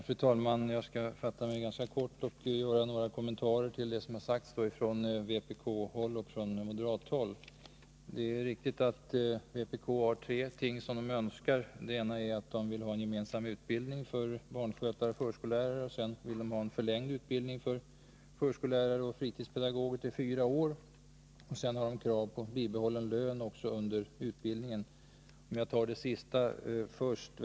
Fru talman! Jag skall fatta mig ganska kort och göra några kommentarer till det som har sagts från vpkoch moderathåll. Det är riktigt att vpk önskar tre ting. De vill ha en gemensam utbildning för barnskötare och förskollärare, en förlängd utbildning för förskollärare och fritidspedagoger till fyra år, och de har krav på bibehållen lön under utbildningen. Jag tar det sista först.